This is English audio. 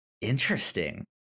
Interesting